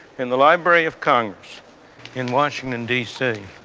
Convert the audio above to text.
in the library of congress in washington, d c.